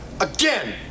Again